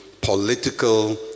political